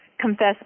Confess